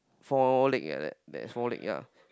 four leg like that that have four leg ya